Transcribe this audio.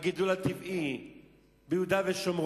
למה מפריע לך הגידול הטבעי ביהודה ושומרון?